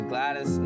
Gladys